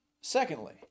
Secondly